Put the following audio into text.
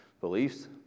beliefs